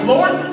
Lord